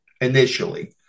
initially